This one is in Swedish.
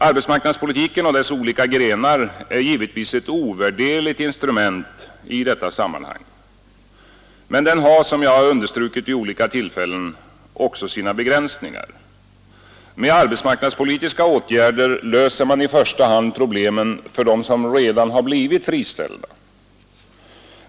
Arbetsmarknadspolitiken och dess olika grenar är givetvis ett ovärderligt instrument i detta sammanhang. Men den har som jag understrukit vid olika tillfällen också sina begränsningar. Med arbetsmarknadspolitiska åtgärder löser man i första hand problemen för dem som redan blivit friställda.